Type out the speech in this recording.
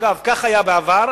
אגב, כך היה בעבר.